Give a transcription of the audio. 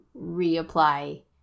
reapply